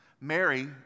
Mary